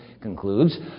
concludes